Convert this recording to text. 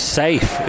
safe